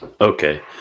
Okay